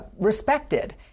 respected